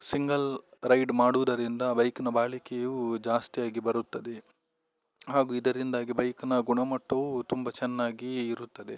single ride ಮಾಡುವುದರಿಂದ ಬೈಕ್ನ ಬಾಳಿಕೆಯೂ ಜಾಸ್ತಿಯಾಗಿ ಬರುತ್ತದೆ ಹಾಗೂ ಇದರಿಂದಾಗಿ ಬೈಕ್ನ ಗುಣಮಟ್ಟವು ತುಂಬ ಚೆನ್ನಾಗಿ ಇರುತ್ತದೆ